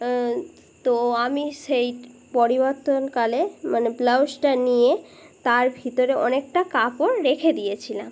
তো আমি সেই পরিবর্তনকালে মানে ব্লাউজটা নিয়ে তার ভিতরে অনেকটা কাপড় রেখে দিয়েছিলাম